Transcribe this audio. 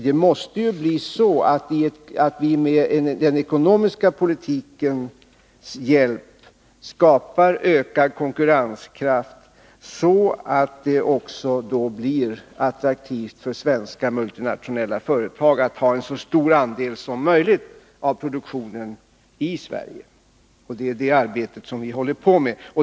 Det måste ju bli så att vi med den ekonomiska politikens hjälp skapar ökad konkurrenskraft, så att det också blir attraktivt för svenska multinationella företag att ha en så stor andel som möjligt av produktionen i Sverige. Det är detta arbete som vi håller på med.